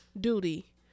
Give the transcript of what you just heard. duty